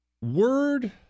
word